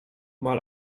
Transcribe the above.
mal